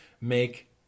make